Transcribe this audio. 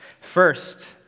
First